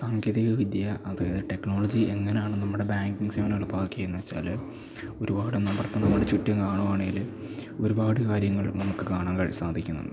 സാങ്കേതിക വിദ്യ അത് ടെക്നോളജി എങ്ങനെയാണ് നമ്മുടെ ബാങ്കിങ് സേവങ്ങളോടൊപ്പം വർക്ക് ചെയ്യുന്നത് വച്ചാൽ ഒരുപാട് നമ്മൾ നമ്മുടെ ചുറ്റും കാണുവാണെങ്കിൽ ഒരുപാട് കാര്യങ്ങൾ നമുക്ക് കാണാൻ സാധിക്കുന്നുണ്ട്